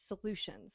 solutions